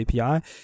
API